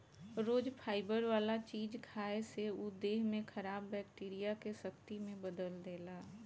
रोज fibre वाला चीज खाए से उ देह में खराब बैक्टीरिया के शक्ति में बदल देला